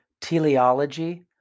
teleology